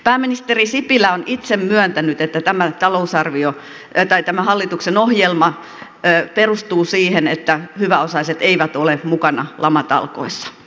pääministeri sipilä on itse myöntänyt että tämä hallituksen ohjelma perustuu siihen että hyväosaiset eivät ole mukana lamatalkoissa